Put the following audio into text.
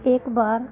एक बार